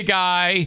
guy